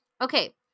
Okay